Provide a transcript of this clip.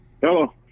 Hello